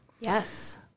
Yes